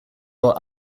while